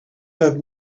have